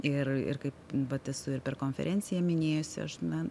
ir ir kaip vat esu ir per konferenciją minėjusi aš na